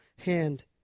hand